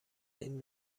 این